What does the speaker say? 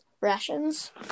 Rations